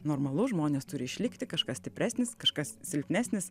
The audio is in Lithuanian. normalu žmonės turi išlikti kažkas stipresnis kažkas silpnesnis